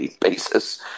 basis